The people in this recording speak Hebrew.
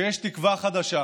שיש תקווה חדשה.